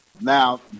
Now